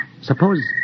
Suppose